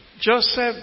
Joseph